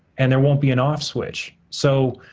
and there won't be an off switch. so,